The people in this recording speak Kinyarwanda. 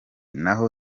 naho